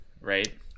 right